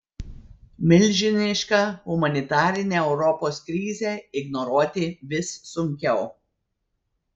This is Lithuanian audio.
milžinišką humanitarinę europos krizę ignoruoti vis sunkiau